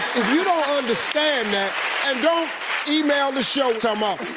you don't understand that and don't email the show tomorrow